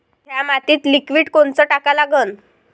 थ्या मातीत लिक्विड कोनचं टाका लागन?